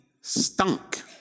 stunk